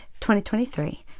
2023